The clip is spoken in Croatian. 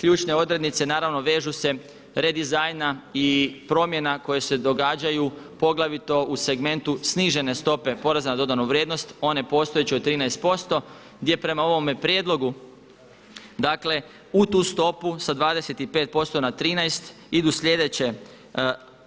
Ključne odrednice naravno vežu se redizajna i promjena koje se događaju poglavito u segmentu snižene stope poreza na dodanu vrijednost one postojeće od 13% gdje prema ovome prijedlogu dakle u tu stopu sa 25% na 13% idu slijedeće